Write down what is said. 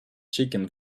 chicken